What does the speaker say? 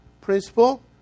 principle